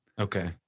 Okay